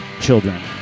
children